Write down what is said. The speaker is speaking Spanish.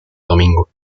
domingo